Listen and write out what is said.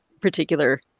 particular